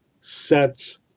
sets